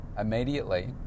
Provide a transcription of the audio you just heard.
immediately